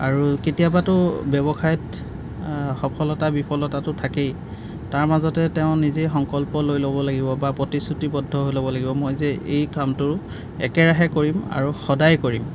আৰু কেতিয়াবাটো ব্যৱসায়ত সফলতা বিফলতাটো থাকেই তাৰ মাজতে তেওঁ নিজেই সংকল্প লৈ ল'ব লাগিব বা প্ৰতিশ্ৰুতিবদ্ধ হৈ ল'ব লাগিব মই যে এই কামটো একেৰাহে কৰিম আৰু সদায় কৰিম